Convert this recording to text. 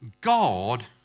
God